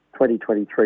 2023